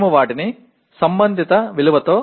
அதனுடன் தொடர்புடைய மதிப்புடன் குறிப்பிடுகிறோம்